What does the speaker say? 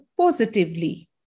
positively